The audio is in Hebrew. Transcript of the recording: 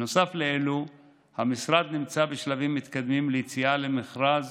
נוסף לאלו המשרד נמצא בשלבים מתקדמים ליציאה למכרז